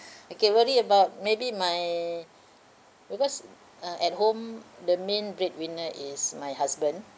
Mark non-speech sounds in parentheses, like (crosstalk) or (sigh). (breath) okay worry about maybe my because uh at home the main breadwinner is my husband